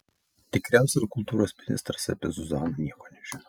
tikriausiai ir kultūros ministras apie zuzaną nieko nežino